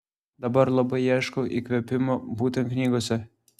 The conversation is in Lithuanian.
dabar labai ieškau įkvėpimo būtent knygose